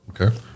Okay